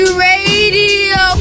radio